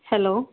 hello